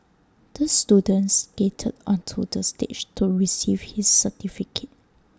the student skated onto the stage to receive his certificate